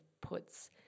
puts